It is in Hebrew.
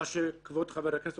מה שכבוד חבר הכנסת,